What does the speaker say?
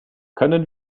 können